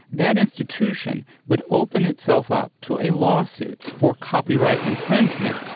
that an institution would open itself up to a lawsuit for copyright infringement,